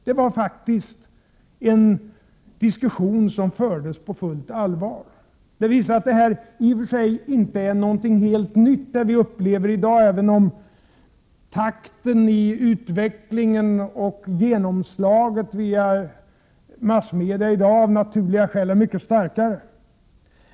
Det var faktiskt en diskussion som fördes på fullt allvar. Detta visar att det vi upplever i dag i och för sig inte är någonting helt nytt, även om takten i utvecklingen och genomslaget via massmedia i dag av naturliga skäl är mycket starkare.